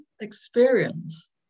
experience